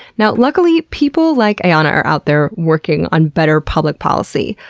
now luckily, people like ayana are out there working on better public policy.